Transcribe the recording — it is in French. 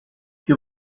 que